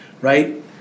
Right